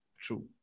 True